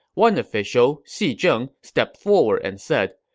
one official, xi zheng, stepped forward and said,